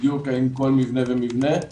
לגבי כל מבנה ומבנה.